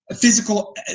physical